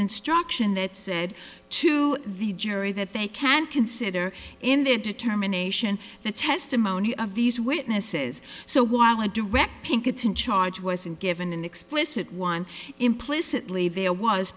instruction that said to the jury that they can consider in their determination the testimony of these witnesses so while a direct pinkett in charge wasn't given an explicit one implicitly there was